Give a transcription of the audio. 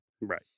Right